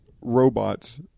robots